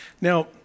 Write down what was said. Now